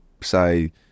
say